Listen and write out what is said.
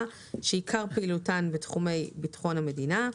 שעיקר פעילותן בתחומי ביטחון המדינה,